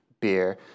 beer